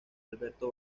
alberto